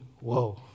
whoa